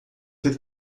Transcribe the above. ter